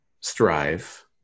strive